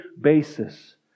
basis